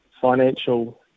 financial